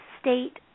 state